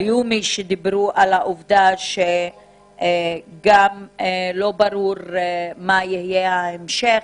היו מי שדיברו על העובדה שלא ברור מה יהיה עכשיו,